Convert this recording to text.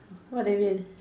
what do you mean